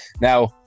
Now